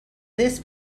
this